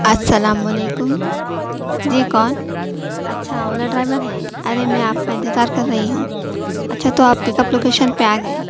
السّلام عليكم جى كون اچھا اولا ڈرائیور ہیں ارے میں آپ کا انتظار کر رہی ہوں اچھا تو آپ پیک اپ لوکیشن پہ آگیے